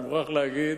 אני מוכרח להגיד.